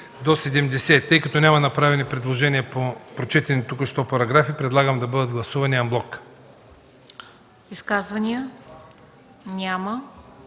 Изказвания? Няма.